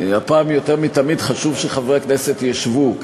שהפעם יותר מתמיד חשוב שחברי הכנסת ישבו,